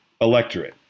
electorate